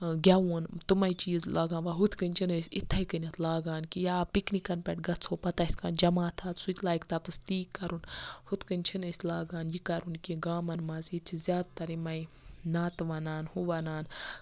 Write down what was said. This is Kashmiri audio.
گیوُن تٔمَے چیٖز لَگان ووٚں ہُتھ کٔنۍ چھِنہٕ أسۍ یِتھٕے کٔنِیتھ لاگان کہِ یا پِکنِکَن پٮ۪ٹھ گژھو پَتہٕ آسہِ کانہہ جَماتھ سُہ تہِ لاگہِ تَتیس تہِ کَرُن ہُتھ کٔنۍ چھنہٕ أسۍ لاگان یہِ کَرُن کہِ گامَن منٛز ییٚتہِ چھِ زیادٕ تَر یمَے ناتہٕ وَنان ہُہ وَنان